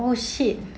oh shit